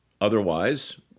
otherwise